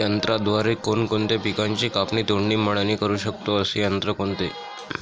यंत्राद्वारे कोणकोणत्या पिकांची कापणी, तोडणी, मळणी करु शकतो, असे यंत्र कोणते?